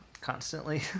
constantly